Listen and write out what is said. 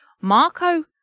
Marco